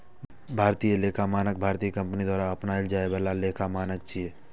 भारतीय लेखा मानक भारतीय कंपनी द्वारा अपनाओल जाए बला लेखा मानक छियै